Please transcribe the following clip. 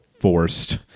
forced